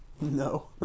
No